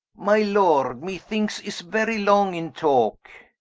my lord me thinkes is very long in talke